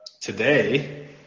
today